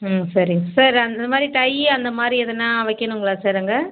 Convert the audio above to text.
ம் சரி சார் இந்த மாரி டையி அந்த மாதிரி எதுனா வைக்கணுங்களா சார் அதில்